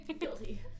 Guilty